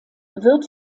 wird